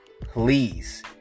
Please